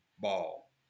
ball